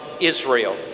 Israel